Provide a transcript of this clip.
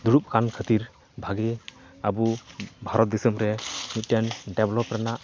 ᱫᱩᱲᱩᱵᱠᱟᱱ ᱠᱷᱟᱹᱛᱤᱨ ᱵᱷᱟᱜᱮ ᱟᱵᱚ ᱵᱷᱟᱨᱚᱛ ᱫᱤᱥᱚᱢᱨᱮ ᱢᱤᱫᱴᱮᱱ ᱰᱮᱵᱷᱚᱞᱚᱯ ᱨᱮᱱᱟᱜ